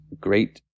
great